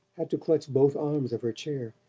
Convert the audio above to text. had to clutch both arms of her chair.